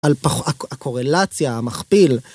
אלפח הקורלציה המכפיל